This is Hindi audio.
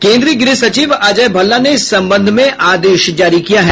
केन्द्रीय गृह सचिव अजय भल्ला ने इस संबंध में आदेश जारी किया है